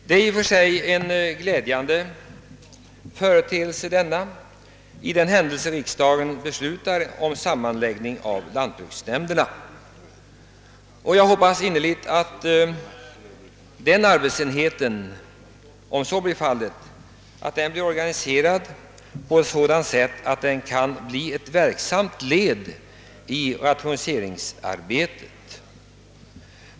Det är i och för sig glädjande i händelse av om riksdagen beslutar om sammanslagning av lantbrukenämnderna, och jag hoppas innerligt att arbetsenheten i så fall organiseras på sådant sätt att den kan bli ett verksamt led i lokaliseringsarbetet.